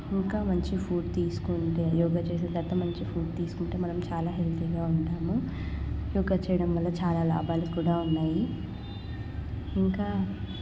ఇంకా మంచి ఫుడ్డు తీసుకుంటే యోగా చేసిన తరువాత మంచి ఫుడ్డు తీసుకుంటే మనం చాలా హెల్తీగా ఉంటాము యోగా చేయడం వల్ల చాలా లాభాలు కూడా ఉన్నాయి ఇంకా